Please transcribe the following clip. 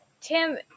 Tim